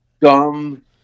dumb